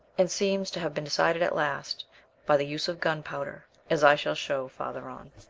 and seems to have been decided at last by the use of gunpowder, as i shall show farther on.